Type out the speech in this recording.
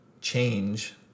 change